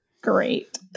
great